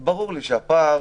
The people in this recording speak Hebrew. ברור שהפער